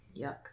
Yuck